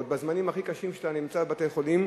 עוד בזמנים הכי קשים אתה נמצא בבתי-חולים,